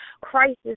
crisis